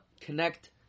connect